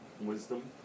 wisdom